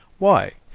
why?